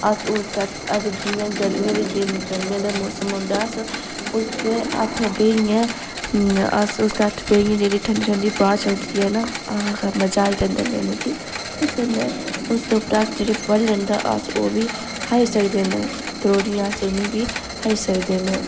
अस अगर जियां गर्मियें दे दिनें गर्मियें दा मोसम होंदा अस उसदे हेठ बेहियै अस उसदै हेठ बेहियै जेह्ड़ी ठंडी ठंडी ब्हाऽ चलदी ऐ न आहा मज़ा आई जंदा लैने गी ते कन्नै उसदे उप्पर अस जेह्ड़े फल लैंदे अस ओह् बी खाई सकदे न त्रोड़ियै अस उनें बी खाई सकदे न